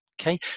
okay